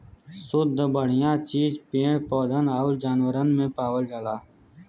सुद्ध बढ़िया चीज पेड़ पौधन आउर जानवरन में पावल जाला